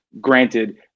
granted